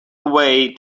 away